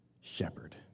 shepherd